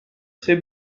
très